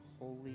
holy